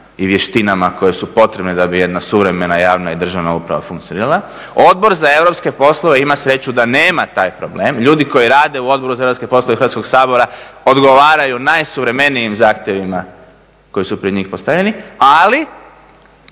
i vještinama koje su potrebne da bi jedna suvremena javna i državna uprava funkcionirala. Odbor za europske poslove ima sreću da nema taj problem. Ljudi koji rade u Odboru za europske poslove Hrvatskog sabora odgovaraju najsuvremenijim zahtjevima koji su pred njih postavljeni, ali